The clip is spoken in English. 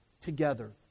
together